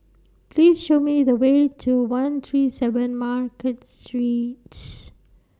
Please Show Me The Way to one three seven Market Street